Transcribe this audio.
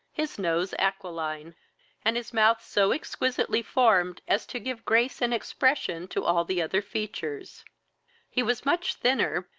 his nose aquiline, and his mouth so exquisitely formed, as to give grace and expression to all the other features he was much thinner,